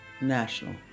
national